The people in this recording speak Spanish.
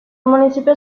municipio